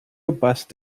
robust